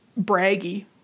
braggy